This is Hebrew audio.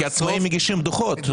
כי עצמאים מגישים דוחות.